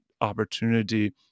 opportunity